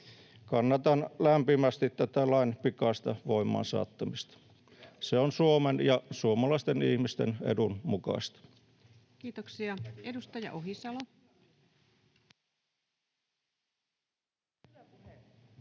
Kannatan lämpimästi tätä lain pikaista voimaansaattamista. Se on Suomen ja suomalaisten ihmisten edun mukaista. [Ritva Elomaa: